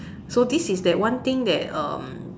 so this is that one thing that um